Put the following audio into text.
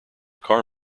car